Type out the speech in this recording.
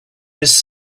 his